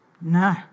No